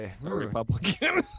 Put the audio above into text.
Republican